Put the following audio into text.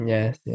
Yes